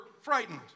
frightened